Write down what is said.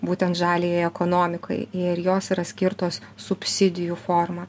būtent žaliajai ekonomikai ir jos yra skirtos subsidijų forma